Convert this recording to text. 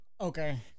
Okay